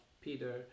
peter